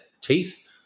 teeth